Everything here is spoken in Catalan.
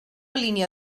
línia